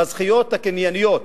בזכויות הקנייניות,